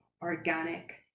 organic